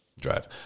drive